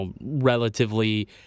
relatively